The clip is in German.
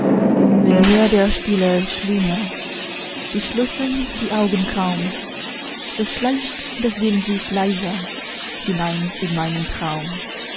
wenn mir der stille schlummer geschlossen die augen kaum so schleicht das bild sich leise hinein in meinen traum